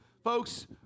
Folks